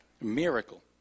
miracle